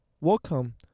Welcome